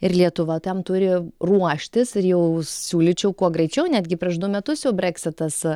ir lietuva tam turi ruoštis ir jau siūlyčiau kuo greičiau netgi prieš du metus jau brexitas